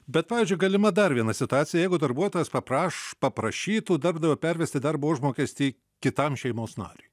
bet pavyzdžiui galima dar viena situacija jeigu darbuotojas papraš paprašytų darbdavio pervesti darbo užmokestį kitam šeimos nariui